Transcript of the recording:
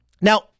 Now